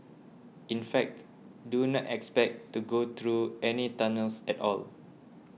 in fact do not expect to go through any tunnels at all